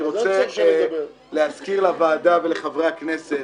אני רוצה להזכיר לוועדה ולחברי הכנסת